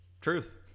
truth